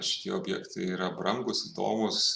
šitie objektai yra brangūs įdomūs